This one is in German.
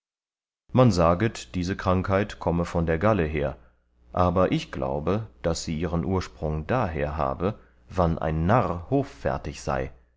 man saget diese krankheit komme von der galle her aber ich glaube daß sie ihren ursprung daher habe wann ein narr hoffärtig sei